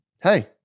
Hey